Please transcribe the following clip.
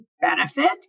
benefit